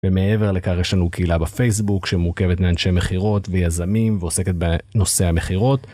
ומעבר לכאן יש לנו קהילה בפייסבוק שמורכבת מאנשי מכירות ויזמים, ועוסקת בנושא המכירות.